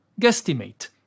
guesstimate